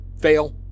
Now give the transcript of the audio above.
fail